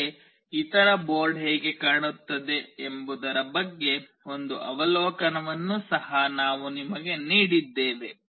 ಆದರೆ ಇತರ ಬೋರ್ಡ್ ಹೇಗೆ ಕಾಣುತ್ತದೆ ಎಂಬುದರ ಬಗ್ಗೆ ಒಂದು ಅವಲೋಕನವನ್ನು ಸಹ ನಾವು ನಿಮಗೆ ನೀಡಿದ್ದೇವೆ